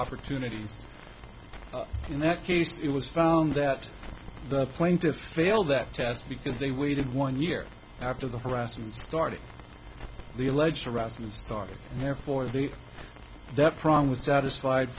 opportunities in that case it was found that the plaintiffs failed that test because they waited one year after the harassment started the alleged harassment stalking and therefore the death prong was satisfied